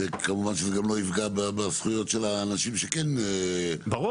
כמובן שזה גם לא יפגע בזכויות של האנשים שכן --- ברור.